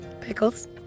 Pickles